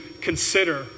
consider